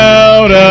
out